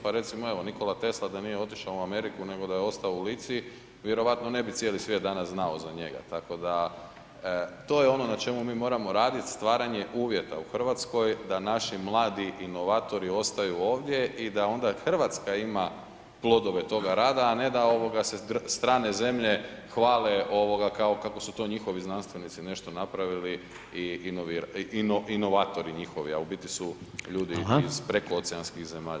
Pa recimo evo, Nikola Tesla da nije otišao u Ameriku nego da je ostao u Lici, vjerovatno ne bi cijeli svijet danas znao za njega tako da to je ono na čemu mi moramo radit, stvaranje uvjeta u Hrvatskoj, da naši mladi inovatori ostaju ovdje i da onda Hrvatska ima plodove toga rada a ne da se strane zemlje hvale kako su to njihovi znanstvenici nešto napravili, inovatori njihovi a u biti su ljudi iz prekooceanskih zemalja.